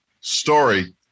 story